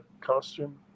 costume